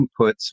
inputs